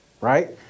right